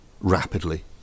rapidly